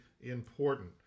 important